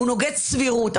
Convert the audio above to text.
הוא נוגד סבירות.